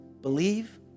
believe